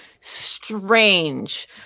strange